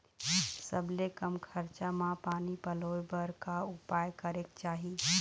सबले कम खरचा मा पानी पलोए बर का उपाय करेक चाही?